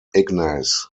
ignace